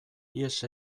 ihes